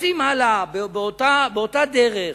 רצים הלאה, באותה דרך.